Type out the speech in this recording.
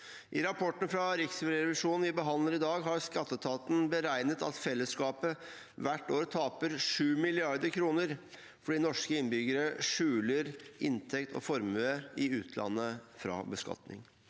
I rapporten fra Riksrevisjonen vi behandler i dag, har skatteetaten beregnet at fellesskapet hvert år taper 7 mrd. kr fordi norske innbyggere skjuler inntekt og formue i utlandet fra beskatning.